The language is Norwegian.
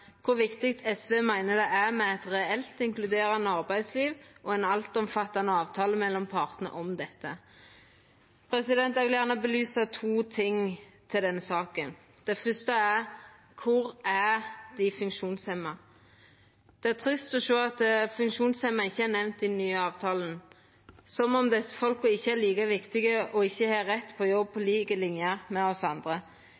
kor viktig SV meiner det er med eit reelt inkluderande arbeidsliv og ein altomfattande avtale mellom partane om dette. Eg vil gjerne belysa to ting til denne saka. Det første er: Kor er dei funksjonshemma? Det er trist å sjå at dei funksjonshemma ikkje er nemnde i den nye avtalen, som om desse ikkje er like viktige og ikkje har rett på jobb